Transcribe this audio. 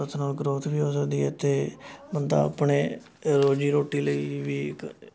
personal growth ਵੀ ਹੋ ਸਕਦੀ ਹੈ ਅਤੇ ਬੰਦਾ ਆਪਣੇ ਰੋਜ਼ੀ ਰੋਟੀ ਲਈ ਵੀ ਇੱਕ